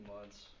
months